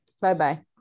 Bye-bye